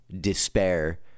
despair